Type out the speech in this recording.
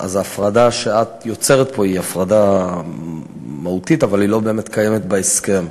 אז ההפרדה שאת יוצרת פה היא הפרדה מהותית אבל היא לא באמת קיימת בהסכם.